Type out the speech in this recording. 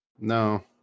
No